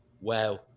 wow